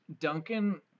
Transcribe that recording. Duncan